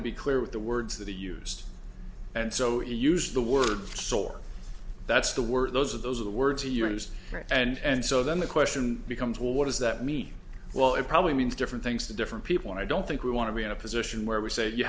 to be clear with the words that he used and so he used the word sor that's the word those are those are the words he used and so then the question becomes well what does that mean well it probably means different things to different people and i don't think we want to be in a position where we say you